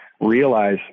realize